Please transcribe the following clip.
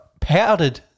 powdered